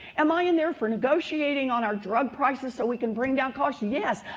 am i in there for negotiating on our drug prices so we can bring down costs? yes.